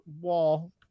wall